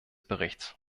berichts